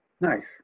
nice